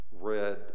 red